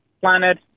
planet